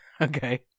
Okay